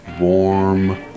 warm